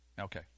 Okay